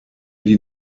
die